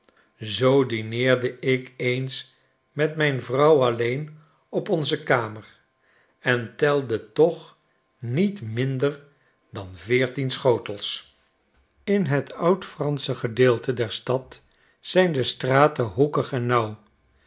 zoo dineerde ik eens met mijn vrouw alleen op onze kamer en telde toch niet minder dan veertien schotels in het oude fransche gedeelte der stad zijn de straten hoekig en